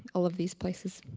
all of these places.